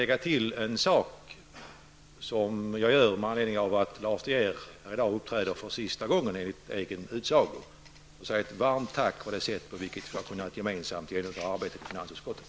Med anledning av att Lars De Geer enligt egen utsago i dag uppträder i kammaren för sista gången vill jag dessutom till honom rikta ett varmt tack för det sätt på vilket vi gemensamt har kunnat genomföra arbetet på finansutskottet.